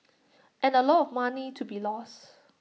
and A lot of money to be lost